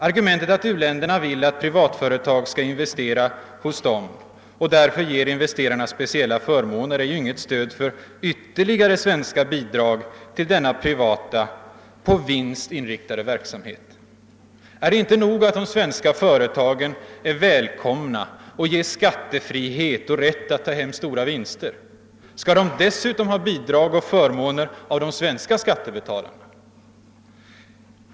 Argumentet, att u-länderna vill att privatföretag skall investera hos dem och därför ger investeringarna speciella förmåner, är ju inte något stöd för ytterligare svenska bidrag till denna privata, på vinst inriktade verksamhet. är det inte nog med att de svenska företagen är välkoma och ges skattefrihet och rätt att ta hem stora vinster? Skall de dessutom ha bidrag och förmåner av de svenska skattebetalarna?